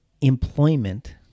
employment